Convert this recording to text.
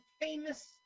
famous